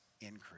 increase